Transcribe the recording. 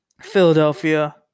Philadelphia